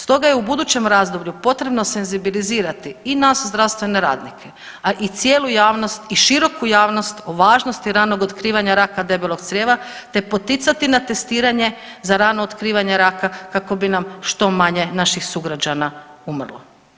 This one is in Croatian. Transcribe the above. Stoga je u budućem razdoblju potrebno senzibilizirati i nas zdravstvene radnike, a i cijelu javnost i široku javnost o važnosti ranog otkrivanja raka debelog crijeva, te poticati na testiranje za rano otkrivanje raka kako bi nam što manje naših sugrađana umrlo.